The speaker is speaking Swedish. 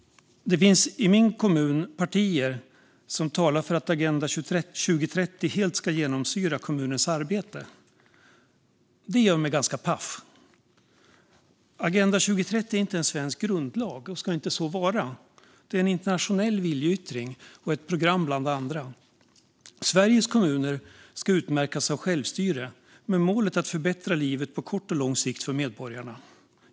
I min kommun finns det partier som talar om att Agenda 2030 helt ska genomsyra kommunens arbete. Det gör mig ganska paff. Agenda 2030 är inte en svensk grundlag och ska inte så vara. Det är en internationell viljeyttring och ett program bland andra. Sveriges kommuner ska utmärkas av självstyre med målet att förbättra livet på kort och lång sikt för medborgarna.